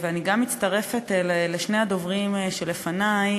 אני גם מצטרפת לשני הדוברים שלפני,